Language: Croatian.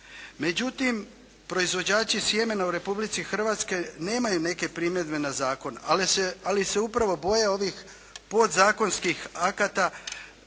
Međutim, proizvođači sjemena u Republici Hrvatskoj nemaju neke primjedbe na zakon ali se upravo boje ovih podzakonskih akata